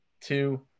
two